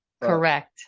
Correct